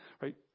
right